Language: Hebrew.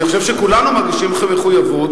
אני חושב שכולנו מרגישים מחויבות.